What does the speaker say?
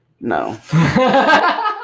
No